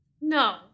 No